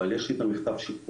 אבל יש לי את מכתב השחרור.